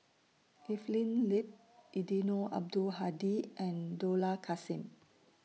Evelyn Lip Eddino Abdul Hadi and Dollah Kassim